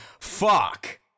fuck